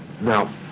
Now